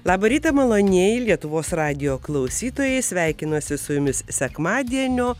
labą rytą malonieji lietuvos radijo klausytojai sveikinuosi su jumis sekmadienio